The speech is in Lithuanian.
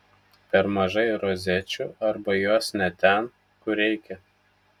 per mažai rozečių arba jos ne ten kur reikia